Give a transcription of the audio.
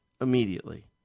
immediately